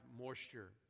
moisture